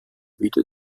wieder